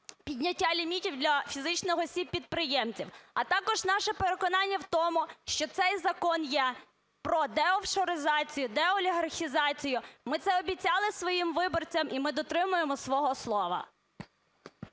підняття лімітів для фізичних осіб-підприємців. А також наше переконання в тому, що цей Закон є про деофшоризацію, деолігархізацію. Ми це обіцяли своїм виборцям, і ми дотримаємось свого слова.